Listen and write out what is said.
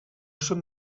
són